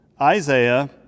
Isaiah